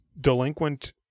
delinquent